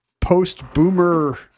post-boomer –